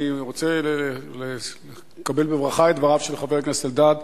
אני רוצה לקבל בברכה את דבריו של חבר הכנסת אלדד.